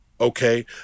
okay